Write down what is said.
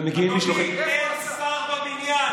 אולי מגיעים משלוחים, אדוני, אין שר בבניין.